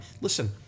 listen